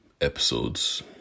episodes